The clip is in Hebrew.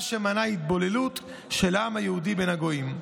מה שמנע התבוללות של העם היהודי בין הגויים.